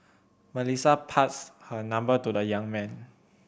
Melissa passed her number to the young man